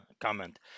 comment